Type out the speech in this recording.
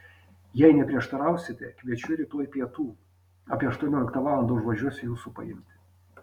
jei neprieštarausite kviečiu rytoj pietų apie aštuonioliktą valandą užvažiuosiu jūsų paimti